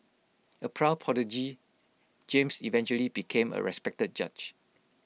A proud prodigy James eventually became A respected judge